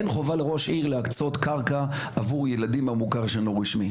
אין חובה לראש עיר להקצות קרקע עבור ילדים המוכר שאינו רשמי,